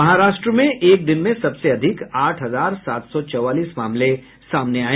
महाराष्ट्र में एक दिन में सबसे अधिक आठ हजार सात सौ चौवालीस मामले सामने आये